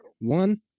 One